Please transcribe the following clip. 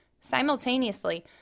Simultaneously